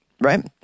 right